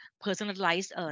personalized